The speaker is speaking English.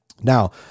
Now